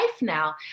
now